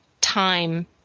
time